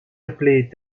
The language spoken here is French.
appelés